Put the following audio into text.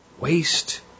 waste